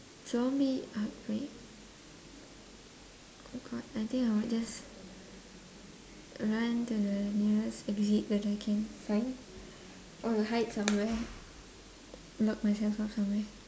zombie outbreak oh god I think I would just run to the nearest exit that I can find or hide somewhere lock myself up somewhere